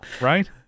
right